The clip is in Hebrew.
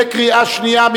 קריאה שנייה,